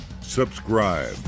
subscribe